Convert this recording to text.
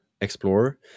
explorer